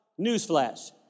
Newsflash